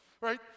Right